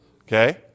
Okay